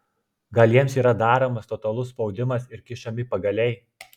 gal jiems yra daromas totalus spaudimas ir kišami pagaliai